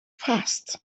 fast